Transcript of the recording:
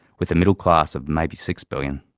with a middle class of maybe six billion.